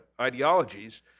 ideologies